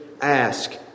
Ask